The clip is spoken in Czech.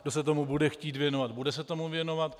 Kdo se tomu bude chtít věnovat, bude se tomu věnovat.